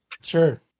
Sure